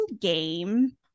game